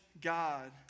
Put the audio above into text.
God